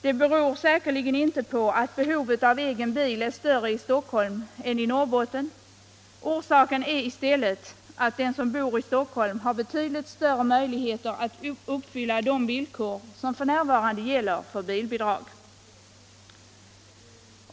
Det beror säkerligen inte på att behovet av egen bil är större i Stockholm än i Norrbotten. Orsaken är I stället att de som bor i Stockholm har betydligt större möjligheter att uppfylla de villkor som f. n. gäller för bilbidrag.